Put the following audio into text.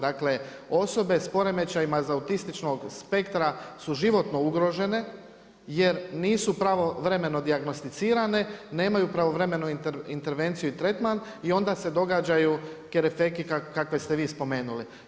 Dakle osobe s poremećajima iz autističnog spektra su životno ugrožene jer nisu pravovremeno dijagnosticirane, nemaju pravovremenu intervenciju i tretman i onda se događaju kerefeke kakve ste vi spomenuli.